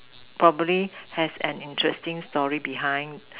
probably has an interesting story behind